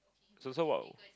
so so while